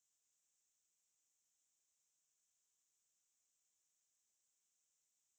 oh ya I watch uh I'm currently at second season 可是我还没有看完啊